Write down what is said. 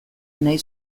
nahi